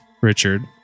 Richard